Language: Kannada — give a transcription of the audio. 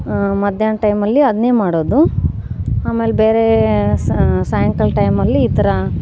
ಮಧ್ಯಾಹ್ನ ಟೈಮಲ್ಲಿ ಅದನ್ನೇ ಮಾಡೋದು ಆಮೇಲೆ ಬೇರೆ ಸಾಯಂಕಾಲ ಟೈಮಲ್ಲಿ ಈ ಥರ